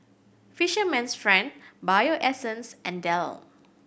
Fisherman's Friend Bio Essence and Dell